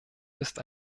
ist